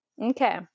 Okay